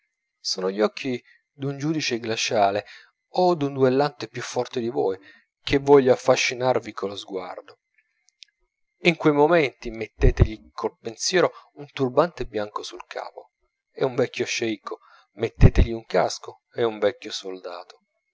sono gli occhi d'un giudice glaciale o d'un duellante più forte di voi che voglia affascinarvi collo sguardo in quei momenti mettetegli col pensiero un turbante bianco sul capo è un vecchio sceicco mettetegli un casco è un vecchio soldato